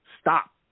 stop